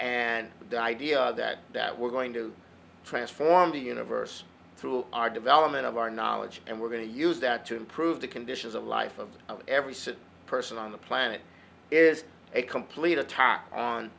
and the idea that that we're going to transform the universe through our development of our knowledge and we're going to use that to improve the conditions of life of every city person on the planet is a complete attack on